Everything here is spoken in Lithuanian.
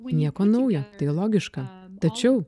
nieko naujo tai logiška tačiau